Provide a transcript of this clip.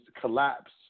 collapse